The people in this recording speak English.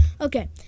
Okay